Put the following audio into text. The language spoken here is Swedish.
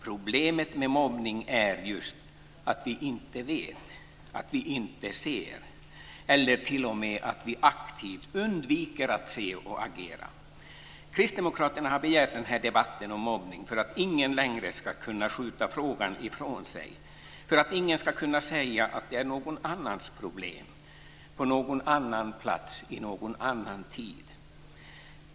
Problemet med mobbning är just att vi inte vet, att vi inte ser, eller t.o.m. att vi aktivt undviker att se och agera. Kristdemokraterna har begärt den här debatten om mobbning för att ingen längre ska kunna skjuta frågan ifrån sig, för att ingen ska kunna säga att det är någon annans problem, på någon annan plats, i någon annan tid.